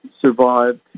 survived